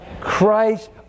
Christ